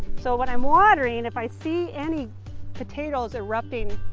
so when i am wondering, if i see any potatoes erupting,